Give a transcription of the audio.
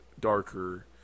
darker